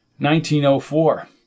1904